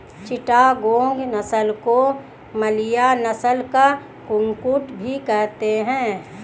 चिटागोंग नस्ल को मलय नस्ल का कुक्कुट भी कहते हैं